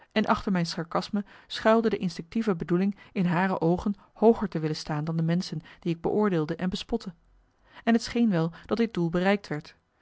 en achter mijn sarcasme schuilde de instinctieve bedoeling in hare oogen hooger te willen staan dan de menschen die ik beoordeelde en bespotte en het scheen wel dat dit doel bereikt werd